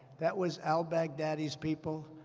that was al-baghdadi's people.